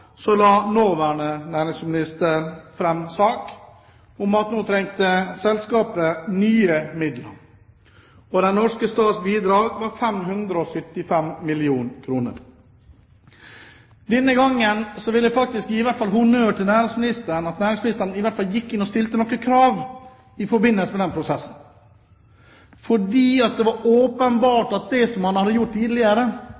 la nåværende næringsminister fram sak, for nå trengte selskapet nye midler. Den norske stats bidrag var 575 mill. kr. Denne gangen vil jeg faktisk gi honnør til næringsministeren for at næringsministeren iallfall gikk inn og stilte noen krav i forbindelse med den prosessen. Det var åpenbart at det man hadde gjort tidligere, ikke var